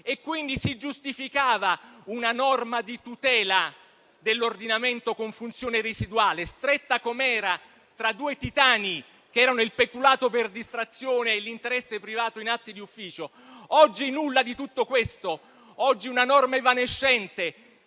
Quindi si giustificava una norma di tutela dell'ordinamento con funzione residuale, stretta com'era tra due titani che erano il peculato per distrazione e l'interesse privato in atti di ufficio. Oggi non c'è nulla di tutto questo; oggi è una norma evanescente